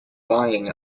lying